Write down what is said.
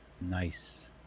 Nice